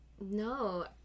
No